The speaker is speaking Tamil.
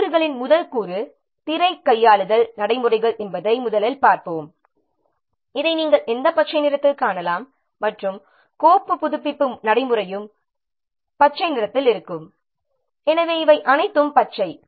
கூறுகளின் முதல் கூறு திரை கையாளுதல் நடைமுறைகள் என்பதை முதலில் பார்ப்போம் இதை நாம் எந்த பச்சை நிறத்தில் காணலாம் மற்றும் கோப்பு புதுப்பிப்பு நடைமுறையும் பச்சை நிறத்தில் இருக்கும் எனவே இவை அனைத்தும் பச்சை